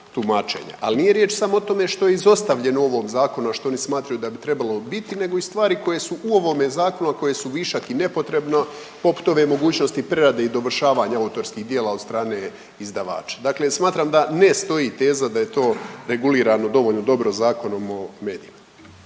Ali nije riječ samo o tome što je izostavljeno u ovom zakonu, a što oni smatraju da bi trebalo biti, nego i stvari koje su u ovome zakonu, a koje su višak i nepotrebno poput ove mogućnosti prerade i dovršavanja autorskih djela od strane izdavača. Dakle, smatram da ne stoji teza da je to regulirano dovoljno dobro Zakonom o medijima.